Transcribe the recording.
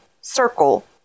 Circle